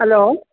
hello